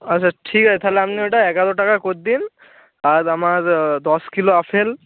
আচ্ছা ঠিক আছে তাহলে আপনি ওটা এগারো টাকা কদ্দিন আর আমার দশ কিলো আপেল